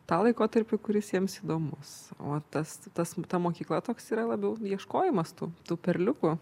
tą laikotarpį kuris jiems įdomus o tas tas ta mokykla toks yra labiau ieškojimas tų tų perliukų